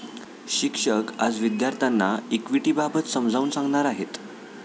शिक्षक आज विद्यार्थ्यांना इक्विटिबाबत समजावून सांगणार आहेत